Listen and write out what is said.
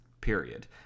period